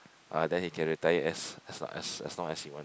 uh then he can retire as as long as as long as he want